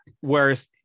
whereas